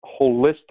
holistic